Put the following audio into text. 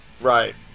Right